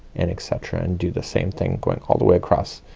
and etc, and do the same thing going all the way across,